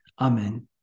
Amen